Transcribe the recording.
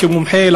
כמומחה,